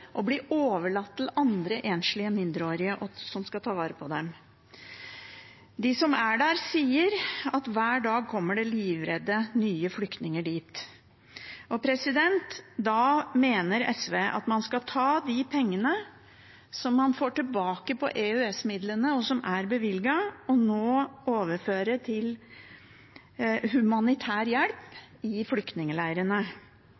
og blir overlatt til andre enslige mindreårige som skal ta vare på dem. De som er der, sier at det hver dag kommer nye livredde flyktninger dit. Da mener SV at man skal ta de pengene som man får tilbake av EØS-midlene, og som er bevilget, og overføre dem til humanitær